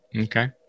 Okay